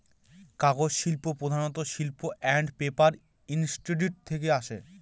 কাগজ শিল্প প্রধানত পাল্প আন্ড পেপার ইন্ডাস্ট্রি থেকে আসে